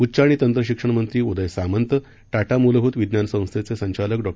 उच्च आणि तंत्रशिक्षण मंत्री उदय सामंत टाटा मूलभूत विज्ञान संस्थेचे संचालक डॉ